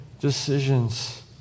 decisions